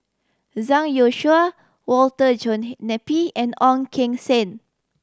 Zhang Youshuo Walter John Napier and Ong Keng Sen